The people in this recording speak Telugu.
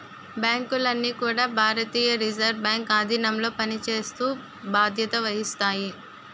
బ్యాంకులన్నీ కూడా భారతీయ రిజర్వ్ బ్యాంక్ ఆధీనంలో పనిచేస్తూ బాధ్యత వహిస్తాయి